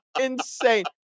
insane